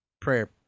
prayer